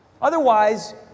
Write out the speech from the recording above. otherwise